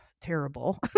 terrible